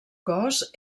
cos